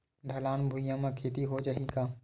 ढलान भुइयां म खेती हो जाही का?